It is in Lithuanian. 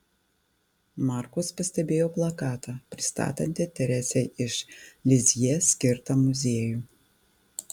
markus pastebėjo plakatą pristatantį teresei iš lizjė skirtą muziejų